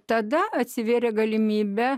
tada atsivėrė galimybė